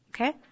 Okay